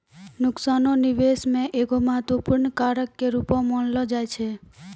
नुकसानो निबेश मे एगो महत्वपूर्ण कारक के रूपो मानलो जाय छै